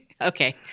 okay